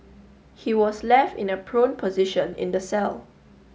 he was left in a prone position in the cell